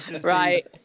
Right